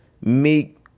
Meek